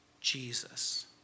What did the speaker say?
Jesus